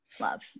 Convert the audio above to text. Love